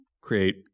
create